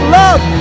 love